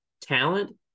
talent